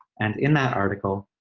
and in that article,